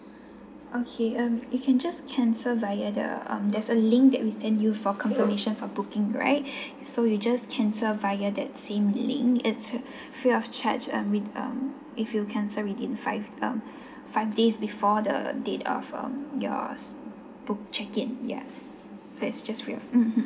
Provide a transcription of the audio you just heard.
okay um you can just cancel via the um there's a link that we send you for confirmation for booking right so you just cancel via that same link it's a free of charge um with um if you cancel within five um five days before the date of um your book check in ya so it's just for your mmhmm